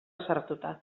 sartuta